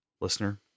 Listener